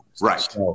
Right